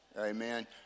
Amen